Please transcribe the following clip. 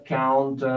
count